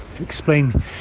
explain